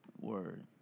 Word